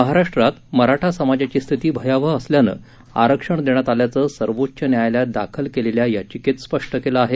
महाराष्ट्रात मराठा समाजाची स्थिती भयावह असल्यानं आरक्षण देण्यात आल्याचं सर्वोच्च न्यायालयात दाखल याचिकेत स्पष्ट करण्यात आलं आहे